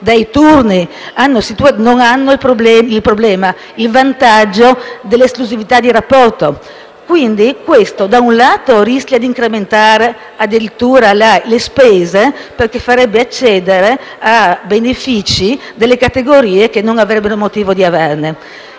dei turni, non hanno il vantaggio dell'esclusività di rapporto. Questo, da un lato, rischia di incrementare addirittura le spese, perché farebbe accedere a determinati benefici categorie che non avrebbero motivo di averne;